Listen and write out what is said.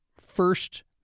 first